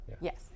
Yes